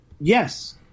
yes